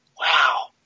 wow